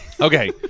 Okay